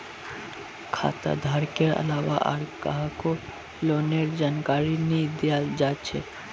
खाता धारकेर अलावा आर काहको लोनेर जानकारी नी दियाल जा छे